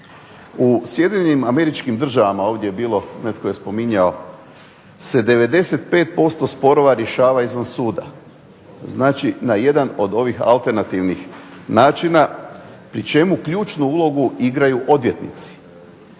U Sjedinjenim Američkim Državama ovdje je bilo, netko je spominjao, se 95% sporova rješava izvan suda. Znači, na jedan od ovih alternativnih načina, pri čemu ključnu ulogu igraju odvjetnici